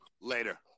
Later